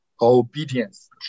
obedience